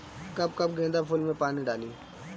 कब कब गेंदा फुल में पानी डाली?